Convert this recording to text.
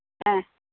ஆ